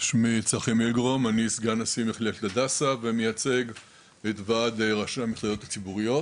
אני סגן נשיא מכללת הדסה ומייצג את ועד ראשי המכללות הציבוריות